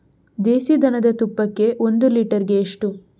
ದೇಸಿ ದನದ ತುಪ್ಪಕ್ಕೆ ಒಂದು ಲೀಟರ್ಗೆ ಎಷ್ಟು?